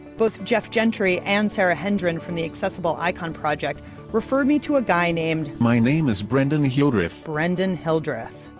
both jeff gentry and sarah hendren from the accessible icon project referred me to a guy named, my name is brendon hildreth brendon hildreth.